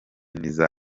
n’iza